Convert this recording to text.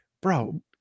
bro